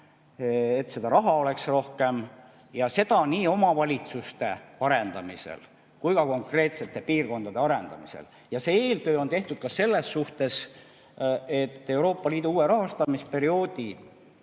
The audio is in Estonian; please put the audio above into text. et raha oleks rohkem, ja seda nii omavalitsuste arendamisel kui ka konkreetsete piirkondade arendamisel. Eeltöö on tehtud ka selles suhtes, et Euroopa Liidu uue rahastamisperioodi